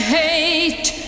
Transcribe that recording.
hate